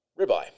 ribeye